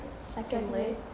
Secondly